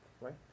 right